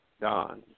Don